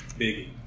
Biggie